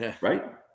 Right